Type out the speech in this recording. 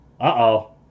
Uh-oh